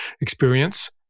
experience